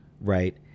right